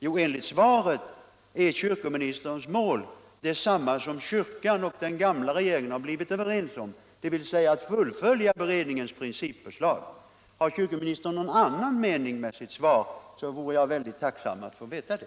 Jo, enligt svaret är kyrkoministerns mål samma som det som kyrkan och den gamla regeringen har blivit överens om, dvs. att fullfölja beredningens principförslag. Har kyrkoministern någon annan mening med sitt svar, vore jag mycket tacksam att få veta det.